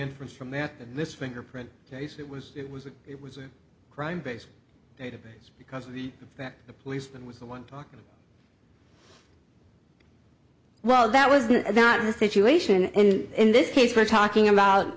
inference from that and this fingerprint case it was it was a it was a crime based database because of the fact the police that was the one talking well that was not in the situation and in this case we're talking about